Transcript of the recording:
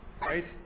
Right